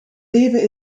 leven